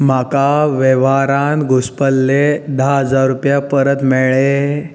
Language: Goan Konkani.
म्हाका वेव्हारांत घुसपल्ले धा हजार रुपया परत मेळ्ळे